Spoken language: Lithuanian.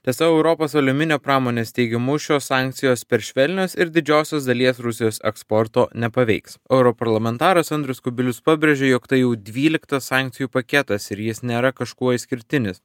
tiesa europos aliuminio pramonės teigimu šios sankcijos per švelnios ir didžiosios dalies rusijos eksporto nepaveiks europarlamentaras andrius kubilius pabrėžė jog tai jau dvyliktas sankcijų paketas ir jis nėra kažkuo išskirtinis